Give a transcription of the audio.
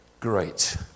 great